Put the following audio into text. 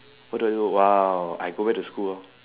what do I do !wow! I go back to school lor